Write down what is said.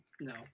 No